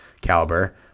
caliber